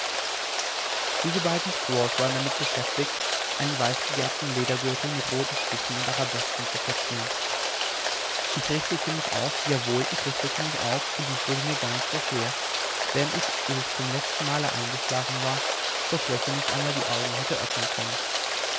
diese beiden squaws waren damit beschäftigt einen weißgegerbten ledergürtel mit roten stichen und arabesken zu verzieren ich richtete mich auf jawohl ich richtete mich auf und dies wurde mir gar nicht sehr schwer während ich ehe ich zum letztenmale eingeschlafen war vor schwäche nicht einmal die augen hatte öffnen können